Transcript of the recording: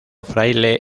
fraile